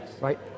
Right